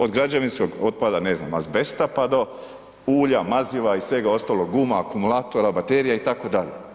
Od građevinskog otpada, ne znam azbesta pa do ulja, maziva i svega ostalog, guma, akumulatora, baterija itd.